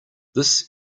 this